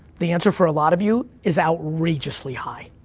the answer, for a lot of you, is outrageously high.